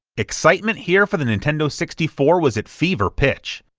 excitement here for the nintendo sixty four was at fever pitch,